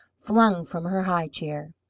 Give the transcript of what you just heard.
flung from her high chair.